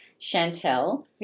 Chantel